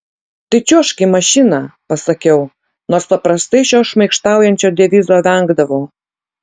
tai čiuožk į mašiną pasakiau nors paprastai šio šmaikštaujančio devizo vengdavau